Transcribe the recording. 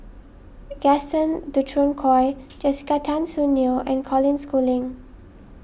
Gaston Dutronquoy Jessica Tan Soon Neo and Colin Schooling